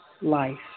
life